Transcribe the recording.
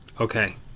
Okay